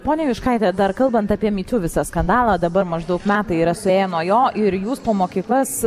ponia juškaite dar kalbant apie my tiu visą skandalą dabar maždaug metai yra suėję nuo jo ir jūs po mokyklas